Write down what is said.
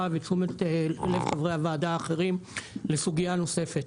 ותשומת לב חברי הוועדה האחרים לסוגיה נוספת